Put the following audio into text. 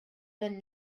than